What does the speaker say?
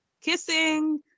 kissing